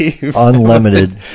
Unlimited